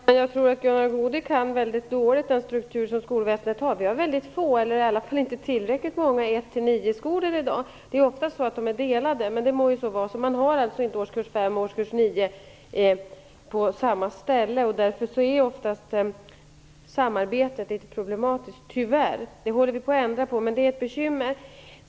Herr talman! Jag tror att Gunnar Goude kan dåligt den struktur som skolväsendet har. Vi har väldigt få eller i alla fall inte tillräckligt många 1-9-skolor i dag. Det är oftast så att de är delade. Det må så vara. Man har alltså inte årskurs 5 och årskurs 9 på samma ställe. Därför är oftast samarbetet litet problematiskt, tyvärr. Det håller vi på att ändra på. Men det är ett bekymmer.